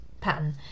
pattern